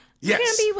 Yes